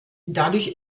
dadurch